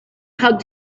hugged